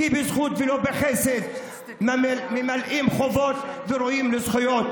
כי בזכות ולא בחסד אנו ממלאים חובות וראויים לזכויות.